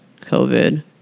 COVID